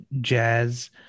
jazz